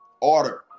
order